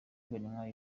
banywa